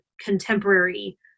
contemporary